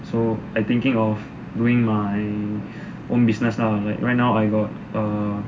so I thinking of doing my own business lah like right now I got err